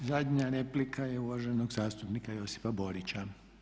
I zadnja replika je uvaženog zastupnika Josipa Borića.